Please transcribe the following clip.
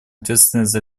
ответственность